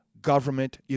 government